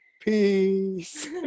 peace